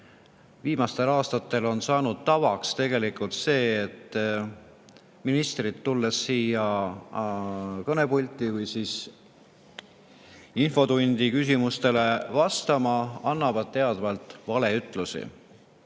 viimastel aastatel on saanud tavaks see, et ministrid, tulles siia kõnepulti või infotundi küsimustele vastama, annavad teadvalt valeütlusi.